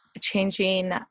changing